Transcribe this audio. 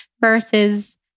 versus